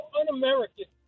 un-American